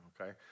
Okay